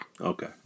Okay